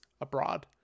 abroad